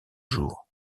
jours